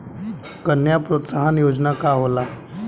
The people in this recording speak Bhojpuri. कन्या प्रोत्साहन योजना का होला?